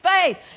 faith